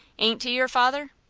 ain't he your father?